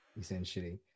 essentially